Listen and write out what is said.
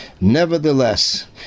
Nevertheless